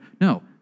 No